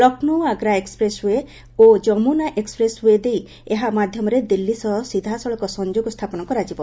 Lucknow Agra expressway ଓ Yamuna expressway ଦେଇ ଏହା ମାଧ୍ୟମରେ ଦିଲ୍ଲୀ ସହ ସିଧାସଳଖ ସଂଯୋଗ ସ୍ଥାପନ କରାଯିବ